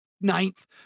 Ninth